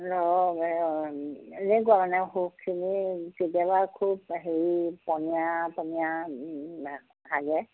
লগ এনেই ঘনাই অসুখখিনি কেতিয়াবা খুব হেৰি পনীয়া পনীয়া হাগে